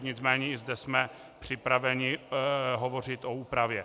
Nicméně i zde jsme připraveni hovořit o úpravě.